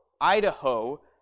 Idaho